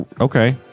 okay